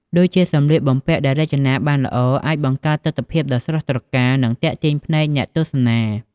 ដូចជាសម្លៀកបំពាក់ដែលរចនាបានល្អ អាចបង្កើតទិដ្ឋភាពដ៏ស្រស់ត្រកាល និងទាក់ទាញភ្នែកអ្នកទស្សនា ។